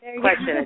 question